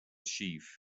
chief